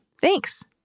Thanks